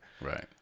Right